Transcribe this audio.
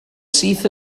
syth